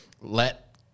let